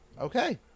Okay